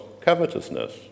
covetousness